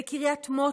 בקריית מוצקין,